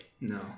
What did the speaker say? No